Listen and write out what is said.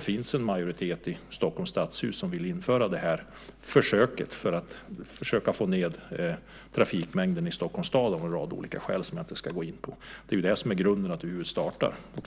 finns det en majoritet i Stockholms stadshus som vill införa det här försöket för att försöka få ned trafikmängden i Stockholms stad av en rad olika skäl, som jag inte ska gå in på. Det är det som är grunden till att det här har startat.